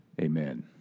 Amen